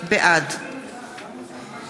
בעד